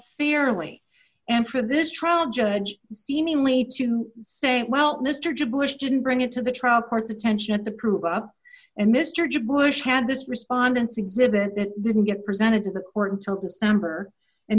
fairly and for this trial judge seemingly to say well mr jeb bush didn't bring it to the trial court's attention to prove up and mr jeb bush had this respondents exhibit that didn't get presented to the court until december and